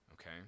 Okay